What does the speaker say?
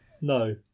No